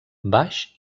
baix